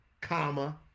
comma